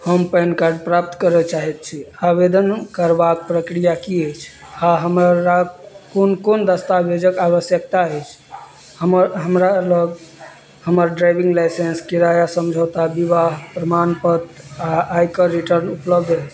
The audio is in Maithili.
हम पेन कार्ड प्राप्त करऽ चाहैत छी आवेदन करबाक प्रक्रिया की अछि आओर हमरा कोन कोन दस्तावेजक आवश्यकता अछि हमर हमरा लग हमर ड्राइविंग लाइसेंस किराया समझौता विवाह प्रमाणपत्र आओर आयकर रिटर्न उपलब्ध अइ